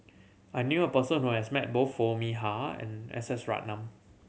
I knew a person who has met both Foo Mee Har and S S Ratnam